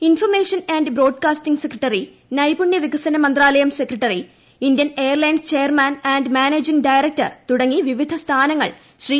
information and broadcasting secretary നൈപുണ്യ വികസന മന്ത്രാലയം secretary Indian Airlines chairman and managing director തുടങ്ങി വിവിധ സ്ഥാനങ്ങൾ ശ്രീ